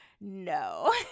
No